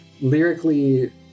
lyrically